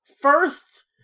first